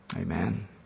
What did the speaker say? Amen